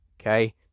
okay